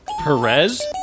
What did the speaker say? Perez